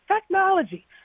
technology